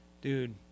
Dude